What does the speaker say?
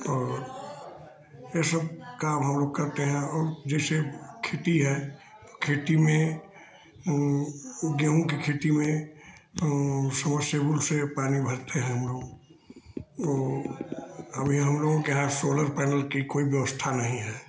और ये सब काम हम लोग करते हैं और जैसे खेती है तो खेती में गेहूँ की खेती में समरसेबुल से पानी भरते हैं हम लोग ओ अभी हम लोगों के यहाँ सोलर पैनल की कोई व्यवस्था नहीं है